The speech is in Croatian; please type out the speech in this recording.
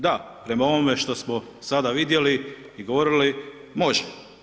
Da, prema ovome što smo sada vidjeli i govorili, može.